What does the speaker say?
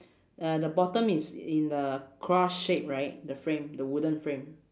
uh the bottom is in the cross shape right the frame the wooden frame